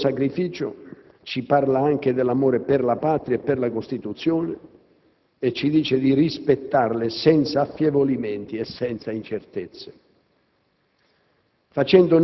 Il loro sacrificio ci parla anche dell'amore per la Patria e per la Costituzione e ci dice di rispettarle senza affievolimenti e senza incertezze.